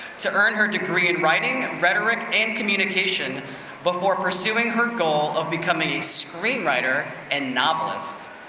to earn her degree in writing, rhetoric and communication before pursuing her goal of becoming a screenwriter and novelist.